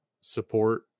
support